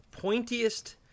pointiest